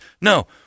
no